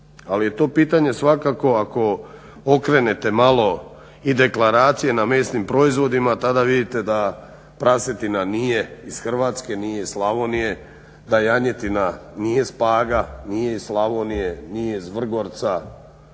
ali je to pitanje svakako ako okrenete malo i deklaracije na mesnim proizvodima tada vidite da prasetina nije iz Hrvatske, nije iz Slavonije, da janjetina nije s Paga, nije iz Slavonije, nije iz Vrgorca